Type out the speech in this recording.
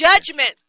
judgment